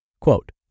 Quote